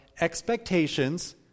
expectations